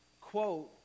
quote